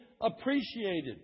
appreciated